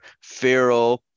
Pharaoh